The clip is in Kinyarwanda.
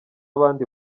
abandi